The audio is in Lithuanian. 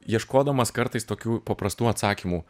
ieškodamas kartais tokių paprastų atsakymų